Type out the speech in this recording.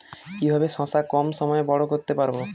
কিভাবে শশা কম সময়ে বড় করতে পারব?